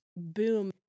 Boom